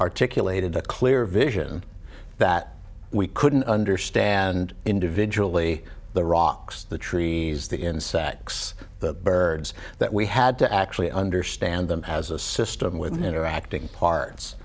articulated a clear vision that we couldn't understand individually the rocks the trees the in sacks the birds that we had to actually understand them as a system with interacting parts